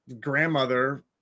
grandmother